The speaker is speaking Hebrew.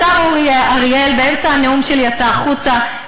השר אורי אריאל באמצע הנאום שלי יצא החוצה,